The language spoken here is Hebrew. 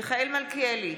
מיכאל מלכיאלי,